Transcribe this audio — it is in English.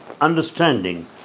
understanding